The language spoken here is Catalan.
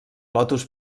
lotus